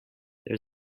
there